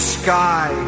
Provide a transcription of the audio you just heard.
sky